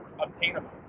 obtainable